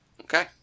Okay